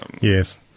Yes